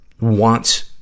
wants